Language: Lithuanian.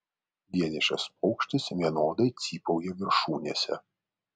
vienišas paukštis vienodai cypauja viršūnėse